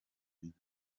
ibintu